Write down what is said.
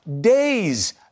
days